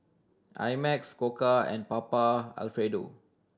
I Max Koka and Papa Alfredo